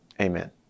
Amen